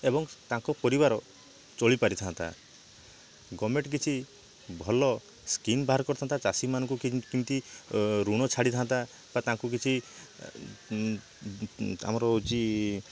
ଏବଂ ତାଙ୍କ ପରିବାର ଚଳିପାରିଥାନ୍ତା ଗଭର୍ଣ୍ଣମେଣ୍ଟ କିଛି ଭଲ ସ୍କିମ ବାହାର କରିଥାନ୍ତା ଚାଷୀ ମାନଙ୍କୁ କିମିତି ଋଣ ଛାଡ଼ିଥାନ୍ତା ବା ତାଙ୍କୁ କିଛି ଆମର ହଉଛି